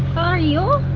are you?